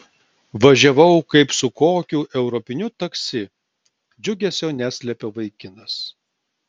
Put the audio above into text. važiavau kaip su kokiu europiniu taksi džiugesio neslėpė vaikinas